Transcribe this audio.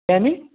आणि